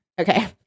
okay